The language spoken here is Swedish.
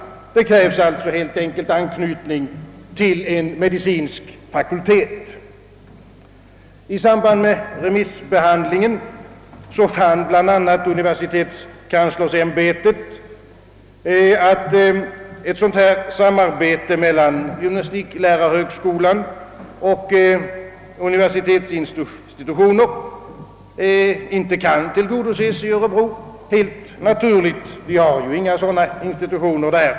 Det krävs alltså helt enkelt anknytning till en medicinsk fakultet. I samband med remissbehandlingen fann bl.a. universitetskanslersämbetet, att ett sådant samarbete mellan gymnastiklärarhögskolan och universitetsinstitutioner inte kan tillgodoses i Örebro, vilket är helt naturligt — det finns över huvud taget inga sådana institutioner där.